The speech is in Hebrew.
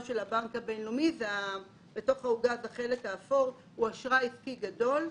של הבנק הבינלאומי הוא אשראי עסקי גדול.